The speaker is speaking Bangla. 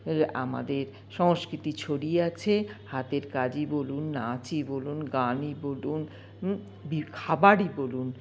আমাদের সংস্কৃতি ছড়িয়ে আছে হাতের কাজই বলুন নাচই বলুন গানই বলুন খাবারই বলুন